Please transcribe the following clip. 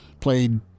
played